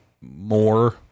more